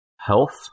Health